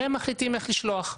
שהם מחליטים איך לשלוח.